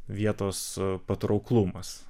vietos patrauklumas